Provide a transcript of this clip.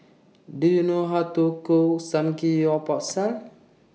Do YOU know How to Cook Samgeyopsal